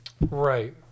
Right